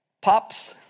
pops